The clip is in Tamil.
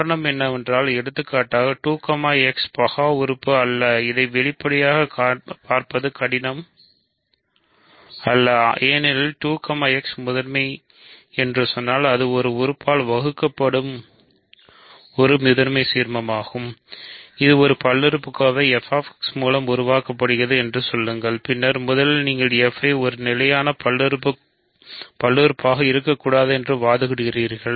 காரணம் என்னவென்றால் எடுத்துக்காட்டாக மூலம் உருவாக்கப்படுகிறது என்று சொல்லுங்கள் பின்னர் முதலில் நீங்கள் f ஒரு நிலையான பல்லுறுப்புறுப்பாக இருக்கக்கூடாது என்று வாதிடுகிறீர்கள்